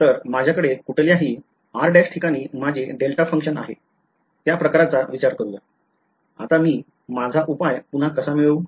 तर माझ्याकडे कुठल्याही ठिकाणी माझे डेल्टा फंक्शन आहे त्या प्रकरणाचा विचार करूया आता मी माझा उपाय पुन्हा कसा मिळवू